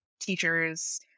teachers